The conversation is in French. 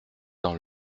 dans